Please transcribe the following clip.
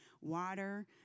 water